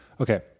Okay